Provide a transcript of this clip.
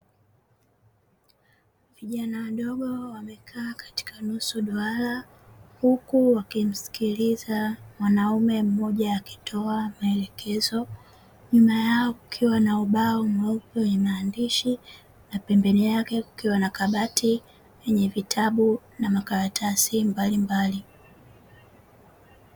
Vijana wadogo wamekaa katika nusu duara, huku wakimsikiliza mwanaume mmoja akitoa maelekezo, nyuma yao kukiwa na ubao mweupe wenye maandishi, na pembeni yake kukiwa na kabati yenye vitabu na makaratasi mbalimbali.